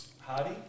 Hardy